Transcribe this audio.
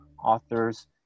author's